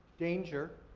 danger.